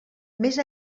més